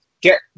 Get